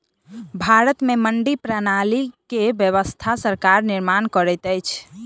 भारत में मंडी प्रणाली के व्यवस्था सरकार निर्माण करैत अछि